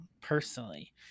personally